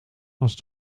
als